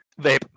Vape